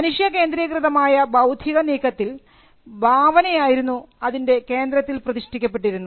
മനുഷ്യ കേന്ദ്രീകൃതമായ ബൌദ്ധിക നീക്കത്തിൽ ഭാവനയായിരുന്നു അതിൻറെ കേന്ദ്രത്തിൽ പ്രതിഷ്ഠിക്കപ്പെട്ടിരുന്നത്